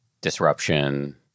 disruption